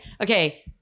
okay